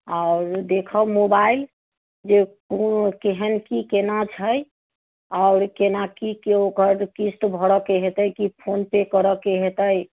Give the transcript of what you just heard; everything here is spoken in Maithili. आओर देखब मोबाइल जे कोन केहन की केना छै आओर केना कि ओकर किस्त भरऽके हेतै कि फोन पे करऽके हेतै